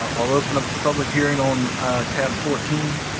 ah i'll open up the public hearing on tab fourteen.